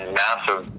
massive